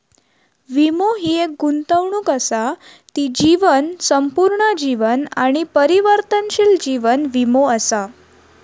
वीमो हि एक गुंतवणूक असा ती जीवन, संपूर्ण जीवन आणि परिवर्तनशील जीवन वीमो असा